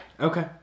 Okay